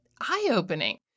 eye-opening